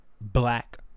black